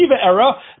era